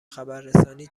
خبررسانی